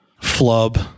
flub